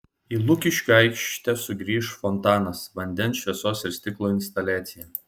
į lukiškių aikštę sugrįš fontanas vandens šviesos ir stiklo instaliacija